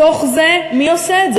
בתוך זה, מי עושה את זה?